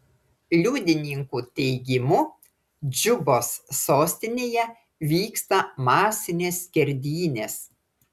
liudininkų teigimu džubos sostinėje vyksta masinės skerdynės